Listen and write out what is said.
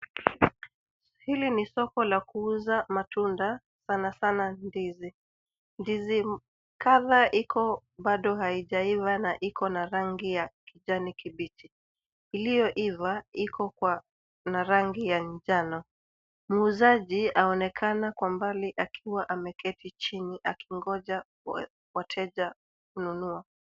Hili ni soko la kuuza matunda, sana sana ndizi. Ndizi kadha iko bado haijaiva na iko na rangi ya kijani kibichi, iliyoiva iko na rangi ya njano. Muuzaji aonekana kwa mbali akiwa ameketi chini, akingoja wateja kununua.